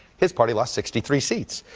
his party lost sixty three seats.